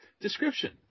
description